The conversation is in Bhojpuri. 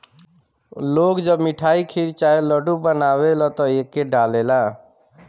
लोग जब मिठाई, खीर चाहे लड्डू बनावेला त एके डालेला